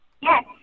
Yes